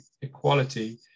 equality